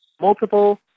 multiple